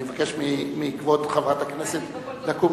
אני מבקש מכבוד חברת הכנסת לקום,